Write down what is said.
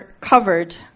covered